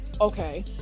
okay